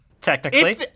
Technically